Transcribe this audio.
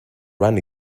run